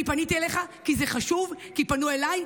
אני פניתי אליך כי זה חשוב, כי פנו אליי,